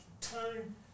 turn